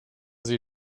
sie